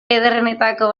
ederrenetako